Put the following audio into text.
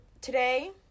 Today